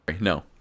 No